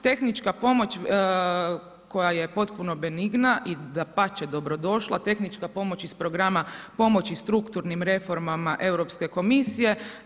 Tehnička pomoć koja je potpuno benigna i dapače dobrodošla, tehnička pomoć iz programa pomoći strukturnim reformama Europske komisije.